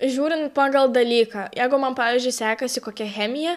žiūrint pagal dalyką jeigu man pavyzdžiui sekasi kokia chemija